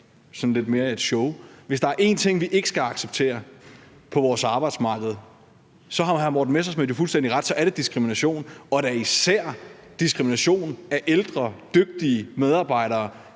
sådan lidt mere et show. Hvis der er én ting, vi ikke skal acceptere på vores arbejdsmarked – der har hr. Morten Messerschmidt jo fuldstændig ret – så er det diskrimination og da især diskrimination af ældre dygtige medarbejdere,